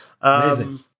Amazing